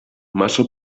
massa